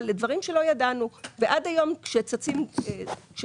לדברים שלא ידענו ועד היום כשצצות סוגיות,